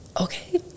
okay